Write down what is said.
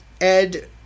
Ed